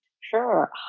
Sure